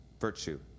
virtue